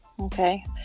okay